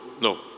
no